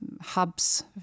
hubs